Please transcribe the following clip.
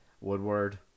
Woodward